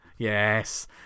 Yes